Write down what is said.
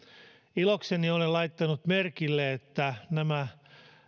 ilokseni olen laittanut merkille että nämä